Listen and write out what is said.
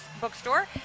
bookstore